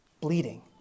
bleeding